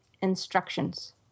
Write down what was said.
instructions